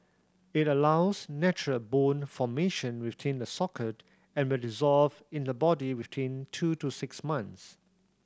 it allows natural bone formation within the socket and will dissolve in the body within two to six months